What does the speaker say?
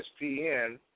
ESPN